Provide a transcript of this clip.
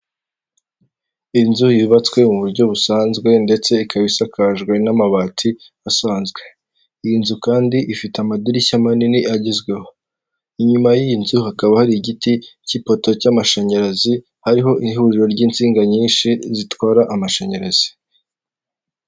Inzu yubatswe mu buryo busanzwe, ndetse ikaba isakajwe n'amabati asanzwe. Iyi nzu kandi ifite amadirishya manini agezweho. Inyuma y'iyi nzu hakaba hari igiti cy'ipoto, cy'amashanyarazi, hariho ihuriro ry'insinga nyinshi zitwara amashanyarazi.